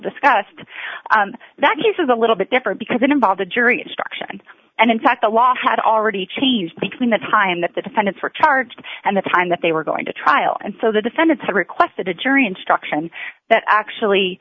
discussed that case is a little bit different because it involved a jury instruction and in fact the law had already changed between the time that the defendants were charged and the time that they were going to trial and so the defendants had requested a jury instruction that actually